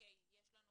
יש פה